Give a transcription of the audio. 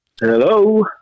Hello